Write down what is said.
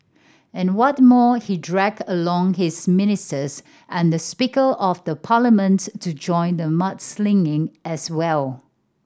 and what more he dragged along his ministers and the Speaker of the Parliament to join the mudslinging as well